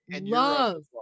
love